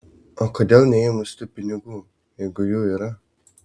o kodėl neėmus tų pinigų jeigu jų yra